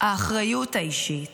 האחריות האישית,